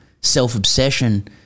self-obsession